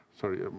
Sorry